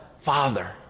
Father